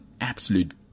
absolute